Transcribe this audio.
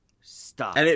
Stop